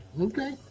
okay